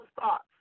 thoughts